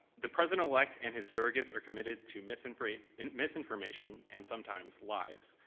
the president-elect and his surrogates are committed to misinformation and misinformation and sometimes lies,